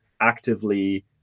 actively